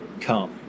come